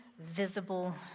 visible